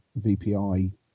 VPI